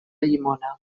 llimona